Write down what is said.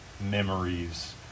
memories